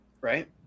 right